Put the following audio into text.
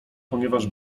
ponieważ